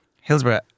Hillsborough